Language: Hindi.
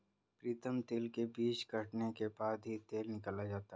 प्रीतम तिल के बीज फटने के बाद ही तेल निकाला जाता है